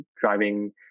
driving